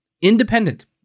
Independent